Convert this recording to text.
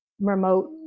remote